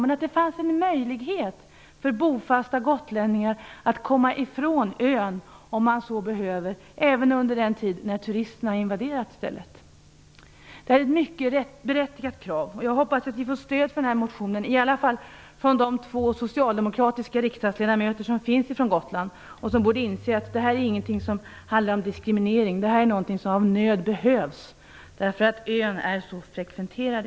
Men det borde finnas en möjlighet för bofasta gotlänningar att komma ifrån ön, om de så behöver, även under den tid när den är invaderad av turister. Det här är ett mycket berättigat krav, och jag hoppas att vi får stöd för motionen i varje fall från de två socialdemokratiska riksdagsledamöterna från Gotland. De borde inse att det inte handlar om diskriminering utan om något som nödvändigt behövs därför att ön i dag är så frekventerad.